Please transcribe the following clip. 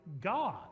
God